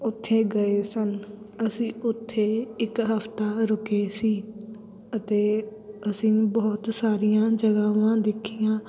ਉੱਥੇ ਗਏ ਸਨ ਅਸੀਂ ਉੱਥੇ ਇੱਕ ਹਫਤਾ ਰੁਕੇ ਸੀ ਅਤੇ ਅਸੀਂ ਬਹੁਤ ਸਾਰੀਆਂ ਜਗ੍ਹਾਵਾਂ ਦੇਖੀਆਂ